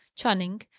channing,